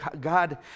God